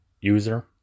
user